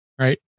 right